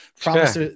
promise